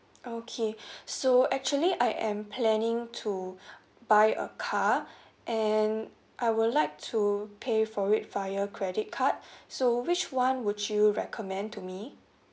okay so actually I am planning to buy a car and I would like to pay for it via credit card so which one would you recommend to me